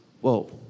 whoa